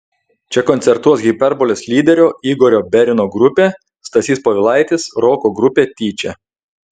čia koncertuos hiperbolės lyderio igorio berino grupė stasys povilaitis roko grupė tyčia